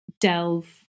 delve